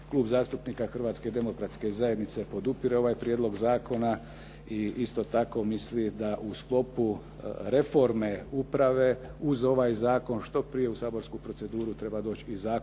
Klub zastupnika Hrvatske demokratske zajednice podupire ovaj prijedlog zakona i isto tako misli da u sklopu reforme uprave uz ovaj zakon što prije u saborsku proceduru treba doći i Zakon